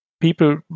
people